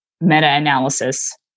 meta-analysis